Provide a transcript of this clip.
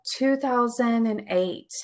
2008